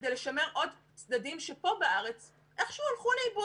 כדי עוד צדדים שפה בארץ איך שהוא הלכו לאיבוד.